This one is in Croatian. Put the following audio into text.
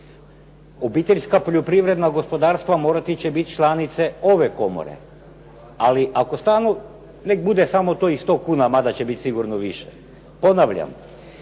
Obiteljska poljoprivredna gospodarstva morati će biti članice ove komore ali ako stalno, neka bude samo to i 100 kuna mada će biti sigurno više. Ponavljam,